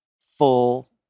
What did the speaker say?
full